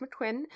McQuinn